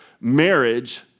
marriage